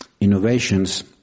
innovations